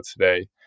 today